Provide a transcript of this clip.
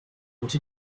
what